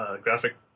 graphic